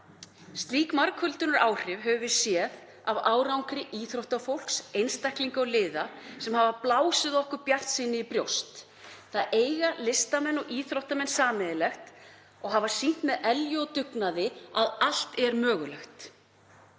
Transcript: Slík margföldunaráhrif höfum við séð af árangri íþróttafólks, einstaklinga og liða, sem hafa blásið okkur bjartsýni í brjóst. Það eiga listamenn og íþróttamenn sameiginlegt og hafa sýnt með elju og dugnaði að allt er mögulegt.